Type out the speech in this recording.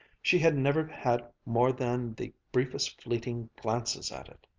she had never had more than the briefest fleeting glances at it.